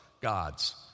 God's